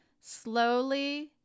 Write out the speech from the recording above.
slowly